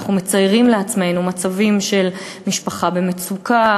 אנחנו מציירים לעצמנו מצבים של משפחה במצוקה,